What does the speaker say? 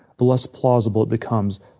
the less plausible it becomes.